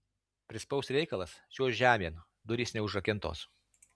prispaus reikalas čiuožk žemėn durys neužrakintos